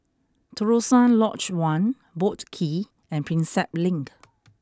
Terusan Lodge One Boat Quay and Prinsep Link